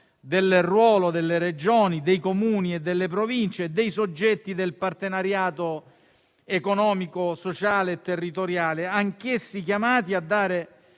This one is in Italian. del ruolo delle Regioni, dei Comuni, delle Province e dei soggetti del partenariato economico, sociale e territoriale, anch'essi chiamati a dare